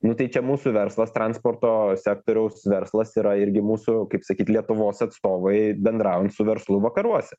nu tai čia mūsų verslas transporto sektoriaus verslas yra irgi mūsų kaip sakyt lietuvos atstovai bendraujant su verslu vakaruose